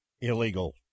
illegal